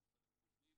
של המשרד לביטחון הפנים.